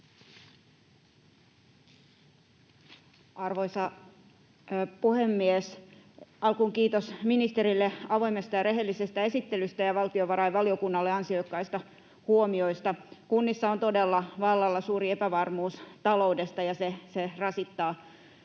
Arvoisa puhemies! Alkuun kiitos ministerille avoimesta ja rehellisestä esittelystä ja valtiovarainvaliokunnalle ansiokkaista huomioista. Kunnissa on todella vallalla suuri epävarmuus taloudesta, ja se rasittaa